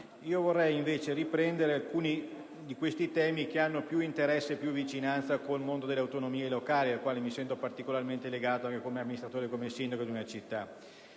vorrei invece riprendere alcuni di questi temi che hanno più interesse e vicinanza con il mondo delle autonomie locali, al quale mi sento particolarmente legato, come amministratore e sindaco di una città,